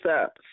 up